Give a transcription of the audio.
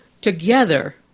together